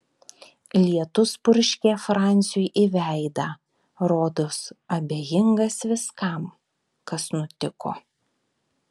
lietus purškė franciui į veidą rodos abejingas viskam kas nutiko